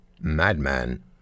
madman